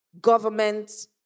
government